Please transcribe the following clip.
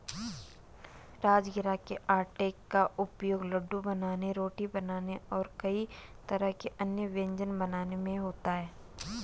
राजगिरा के आटे का उपयोग लड्डू बनाने रोटी बनाने और कई तरह के अन्य व्यंजन बनाने में होता है